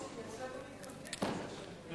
אני